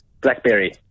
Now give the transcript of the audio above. Blackberry